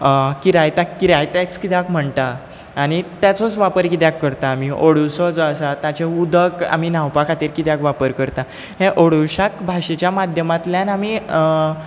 किरायत्याक किरायतेंच कित्याक म्हणटात आनी ताजोच वापर कित्याक करता आमी ओडुळसो जो आसा ताचें उदक आमी न्हांवपा खातीर कित्याक वापर करता हें ओडुळशाक भाशेच्या माध्यमांतल्यान आमी